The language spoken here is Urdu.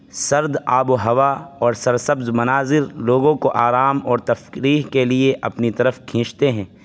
سرد آب و ہوا اور سر سبز مناظر لوگوں کو آرام اور تفریح کے لیے اپنی طرف کھینچتے ہیں